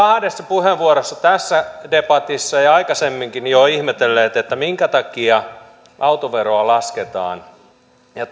kahdessa puheenvuorossa tässä debatissa ja ja aikaisemminkin jo ihmetelleet minkä takia autoveroa lasketaan ja